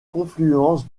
confluence